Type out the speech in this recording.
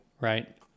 Right